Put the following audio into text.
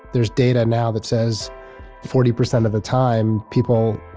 there's data now that says forty percent of the time, people,